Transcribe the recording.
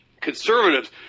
Conservatives